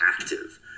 active